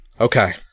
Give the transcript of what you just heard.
Okay